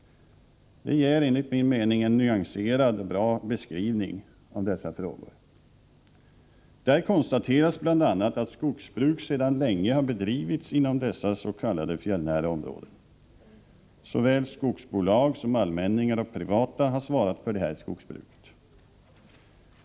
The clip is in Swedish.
Det ger enligt min mening en nyanserad och bra beskrivning av dessa frågor. Där konstateras bl.a. att skogsbruk sedan länge har bedrivits inom dessa s.k. fjällnära områden. Såväl skogsbolag som allmänningar och privata har svarat för det skogsbruket.